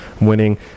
winning